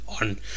on